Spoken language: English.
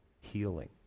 healing